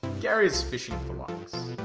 gary is fishing for likes.